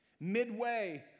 Midway